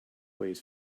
weighs